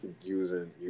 using